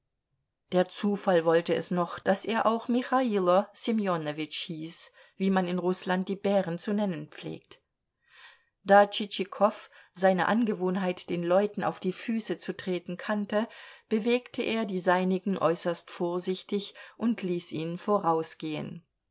der zufall wollte es noch daß er auch michailo ssemjonowitsch hieß wie man in rußland die bären zu nennen pflegt da tschitschikow seine angewohnheit den leuten auf die füße zu treten kannte bewegte er die seinigen äußerst vorsichtig und ließ ihn vorausgehen